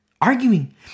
Arguing